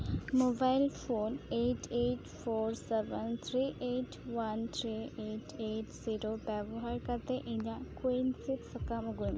mobile phone eight eight four seven three eight one three eight eight zero ᱵᱮᱵᱚᱦᱟᱨ ᱠᱟᱛᱮᱫ ᱤᱧᱟᱹᱜ ᱠᱳᱭᱤᱱ ᱥᱤᱫᱽ ᱥᱟᱠᱟᱢ ᱟᱹᱜᱩᱭ ᱢᱮ